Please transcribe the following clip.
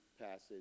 passage